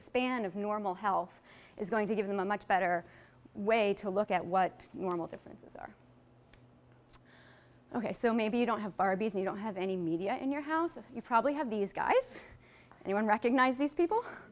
span of normal health is going to give them a much better way to look at what normal differences are ok so maybe you don't have barbies you don't have any media in your house you probably have these guys and you recognize these people